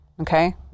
Okay